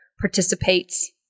participates